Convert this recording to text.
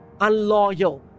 unloyal